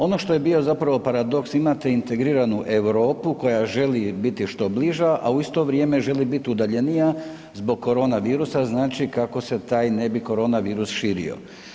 Ono što je bio zapravo paradoks imate integriranu Europu koja želi biti što bliža, a u isto vrijeme želi biti udaljenija zbog korona virusa znači kako se taj ne bi korona virus širio.